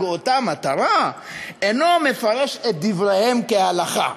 אותה מטרה אינו מפרש את דבריהם כהלכה.